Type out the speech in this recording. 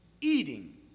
eating